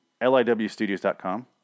liwstudios.com